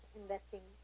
investing